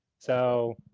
so,